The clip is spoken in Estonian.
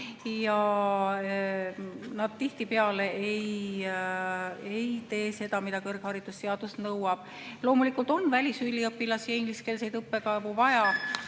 ja nad tihtipeale ei tee seda, mida kõrgharidusseadus nõuab. Loomulikult on välisüliõpilasi ja ingliskeelseid õppekavu vaja,